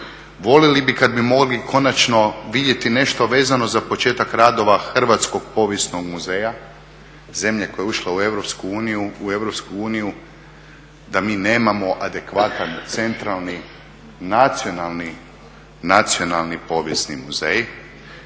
Voljeli bi kad bi mogli konačno vidjeti nešto vezano za početak radova Hrvatskog povijesnog muzeja, zemlje koja je ušla u Europsku uniju da mi nemamo adekvatan centralni nacionalni povijesni muzej